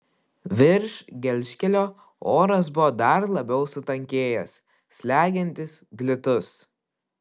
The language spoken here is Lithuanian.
virš gelžkelio oras buvo dar labiau sutankėjęs slegiantis glitus